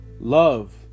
Love